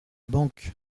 banque